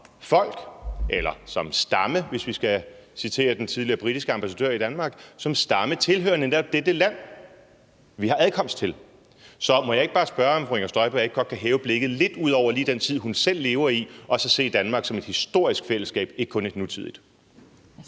folk eller som stamme – hvis vi skal citere den tidligere britiske ambassadør i Danmark – tilhører: netop dette land, vi har adkomst til. Så må jeg ikke bare spørge, om fru Inger Støjberg ikke godt kan hæve blikket lidt ud over lige den tid, hun selv lever i, og så se Danmark som et historisk fællesskab, ikke kun et nutidigt.